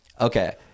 okay